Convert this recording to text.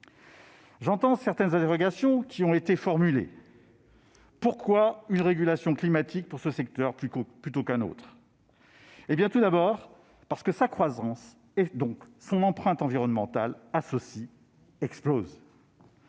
J'entends certaines interrogations qui ont été formulées. Pourquoi une régulation climatique pour ce secteur plutôt que pour un autre ? Parce que sa croissance et, donc, son empreinte environnementale explosent.